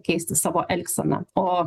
keisti savo elgseną o